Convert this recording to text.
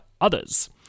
others